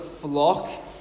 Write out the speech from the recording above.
flock